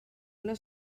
una